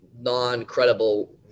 non-credible